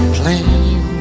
plain